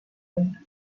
hart